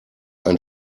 ein